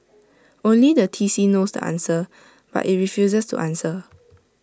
only the T C knows the answer but IT refuses to answer